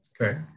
okay